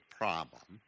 problem